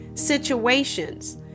situations